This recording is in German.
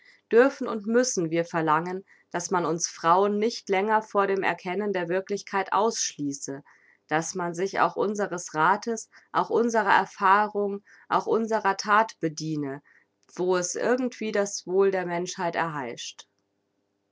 dürfen und müssen wir verlangen daß man uns frauen nicht länger von dem erkennen der wirklichkeit ausschließe daß man sich auch unseres rathes auch unserer erfahrung auch unserer that bediene wo es irgendwie das wohl der menschheit erheischt